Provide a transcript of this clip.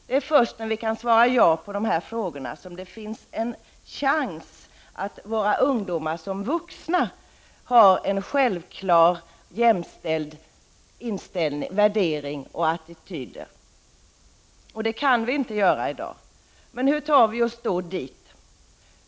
Det är först när vi kan svara ja på de här frågorna som det finns en chans att våra ungdomar som vuxna har en självklar jämställd inställning, värdering och attityd. Det kan vi inte göra i dag. Men hur tar vi oss då dit?